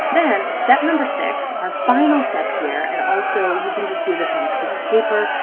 then step number six, our final step here, and also you can just do this on a piece of paper.